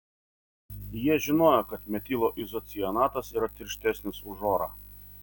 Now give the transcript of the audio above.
jie žinojo kad metilo izocianatas yra tirštesnis už orą